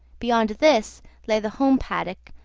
beyond this lay the home paddock,